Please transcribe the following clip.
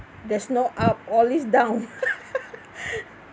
there's no up always down